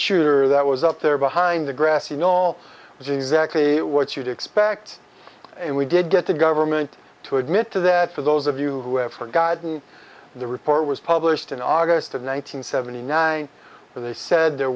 shooter that was up there behind the grassy knoll which is exactly what you'd expect and we did get the government to admit to that for those of you who have forgotten the report was published in august of one nine hundred seventy nine when they said there